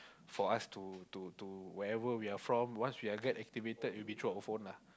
for us to to to wherever we are from once we are get activated it will be thru our phone lah